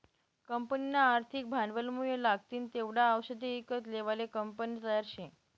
कंपनीना आर्थिक भांडवलमुये लागतीन तेवढा आवषदे ईकत लेवाले कंपनी तयार शे